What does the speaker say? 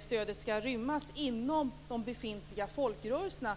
stödet skall rymmas inom de befintliga folkrörelserna.